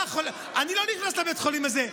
אני לא נכנס לבית חולים הזה,